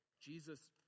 Jesus